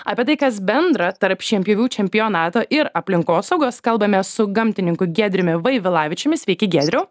apie tai kas bendra tarp šienpjovių čempionato ir aplinkosaugos kalbame su gamtininku giedriumi vaivilavičiumi sveiki giedriau